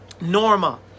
Norma